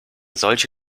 solche